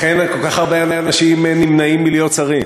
לכן כל כך הרבה אנשים נמנעים מלהיות שרים.